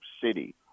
city